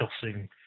discussing